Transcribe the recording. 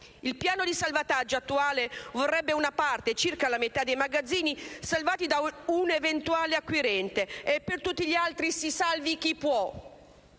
Il piano di salvataggio attuale vorrebbe una parte, circa la metà dei magazzini, salvati da un eventuale acquirente: e per tutti gli altri si salvi chi può!